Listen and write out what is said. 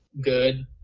good